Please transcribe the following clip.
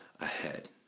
ahead